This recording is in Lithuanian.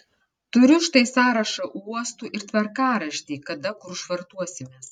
turiu štai sąrašą uostų ir tvarkaraštį kada kur švartuosimės